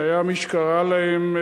שהיה מי שקרא להם,